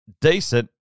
decent